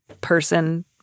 person